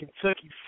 Kentucky